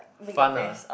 fun ah